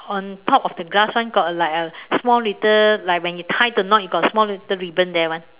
on top of the glass [one] got like a small little like when you tie the knot you got a small ribbon there [one]